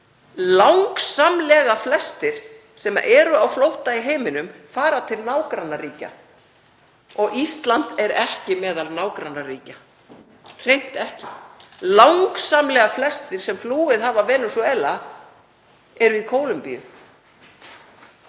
Langsamlega flestir sem eru á flótta í heiminum fara til nágrannaríkja og Ísland er hreint ekki meðal nágrannaríkja. Langsamlega flestir sem flúið hafa Venesúela eru í Kólumbíu,